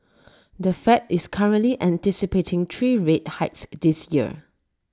the fed is currently anticipating three rate hikes this year